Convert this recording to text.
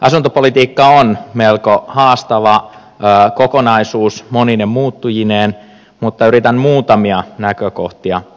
asuntopolitiikka on melko haastava kokonaisuus monine muuttujineen mutta yritän muutamia näkökohtia antaa